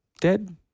dead